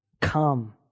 Come